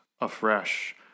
afresh